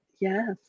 Yes